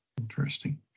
Interesting